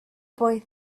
boy